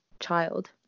child